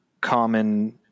common